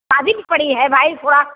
क्षयदी भी पड़ी है भाई थोड़ा